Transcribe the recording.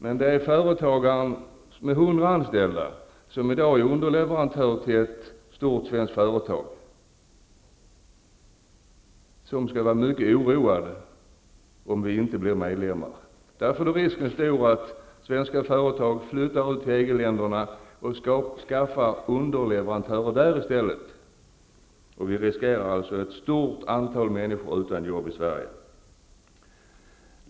Men det är företagaren med 100 anställda, och som i dag är underleverantör till ett stort svenskt företag, som skall vara oroad över om Sverige skall bli medlem eller ej. Därför är risken stor att svenska företag flyttar ut till EG-länderna och skaffar underleverantörer där i stället. Vi riskerar alltså att få ett stort antal människor utan arbete i Sverige.